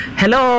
hello